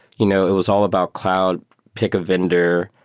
you know it was all about cloud pick a vendor,